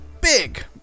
big